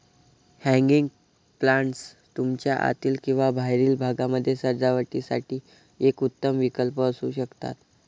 hanging planters तुमच्या आतील किंवा बाहेरील भागामध्ये सजावटीसाठी एक उत्तम विकल्प असू शकतात